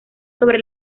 sobre